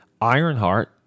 Ironheart